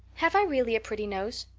have i really a pretty nose?